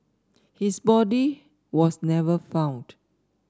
his body was never found